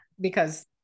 Because-